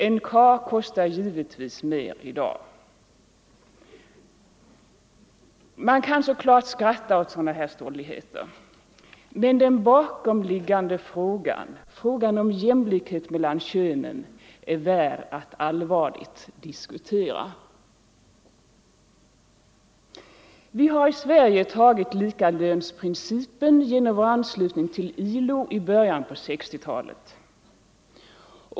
En karl kostar givetvis mer i dag. Man kan så klart skratta åt sådana här stolligheter. Men den bakomliggande frågan, frågan om jämlikhet mellan könen, är värd att allvarligt diskuteras. Vi har i Sverige tagit likalönsprincipen genom vår anslutning till ILO i början av 1960-talet.